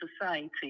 society